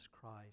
Christ